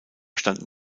standen